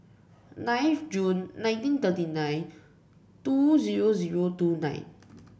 nine of June nineteen thirty nine two zero zero two nine